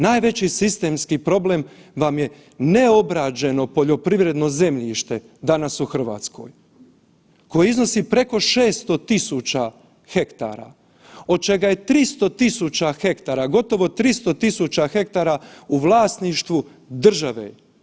Najveći sistemski problem je neobrađeno poljoprivredno zemljište danas u Hrvatskoj koje iznosi preko 600.000 hektara od čega je 300.000 hektara, gotovo 300.000 hektara u vlasništvu države.